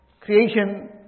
creation